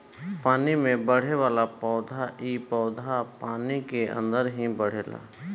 पानी में बढ़ेवाला पौधा इ पौधा पानी के अंदर ही बढ़ेला